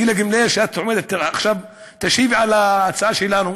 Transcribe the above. גילה גמליאל, שעכשיו תשיבי על ההצעה שלנו,